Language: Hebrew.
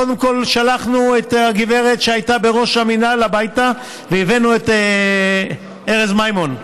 קודם כול שלחנו את הגברת שהייתה בראש המינהל הביתה והבאנו את ארז מימון.